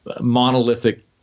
monolithic